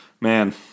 man